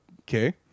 okay